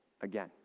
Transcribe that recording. again